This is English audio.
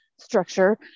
structure